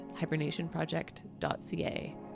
hibernationproject.ca